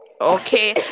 Okay